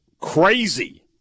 crazy